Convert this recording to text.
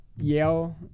Yale